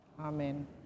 amen